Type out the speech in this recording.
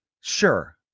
Sure